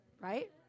right